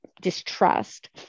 distrust